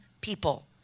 people